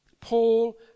Paul